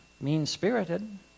mean-spirited